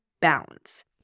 balance